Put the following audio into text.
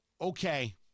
Okay